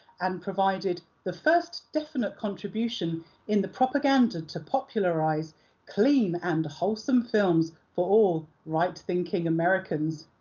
and provided the first definite contribution in the propaganda to popularize clean and wholesome films for all right-thinking americans.